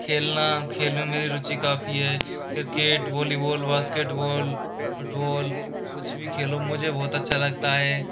खेलना खेल में मेरी रुचि काफ़ी है क्रिकेट वॉलीबोल बास्केटबोल फुटबोल कुछ भी खेलो मुझे बहुत अच्छा लगता है